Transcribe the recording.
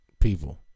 People